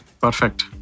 perfect